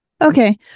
Okay